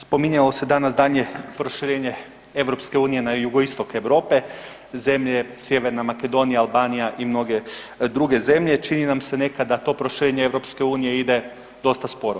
Spominjalo se danas daljnje proširenje EU na Jugoistok Europe, zemlje Sjeverna Makedonija, Albanija i mnoge druge zemlje, čini nam se nekad da to proširenje EU ide dosta sporo.